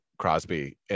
Crosby